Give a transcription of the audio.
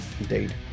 Indeed